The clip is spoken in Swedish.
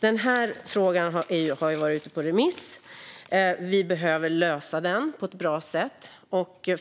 Den här frågan har varit ute på remiss, och vi behöver lösa den på ett bra sätt.